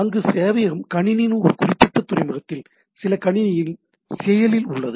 அங்கு சேவையகம் கணினியின் ஒரு குறிப்பிட்ட துறைமுகத்தில் சில கணினியில் செயலில் உள்ளது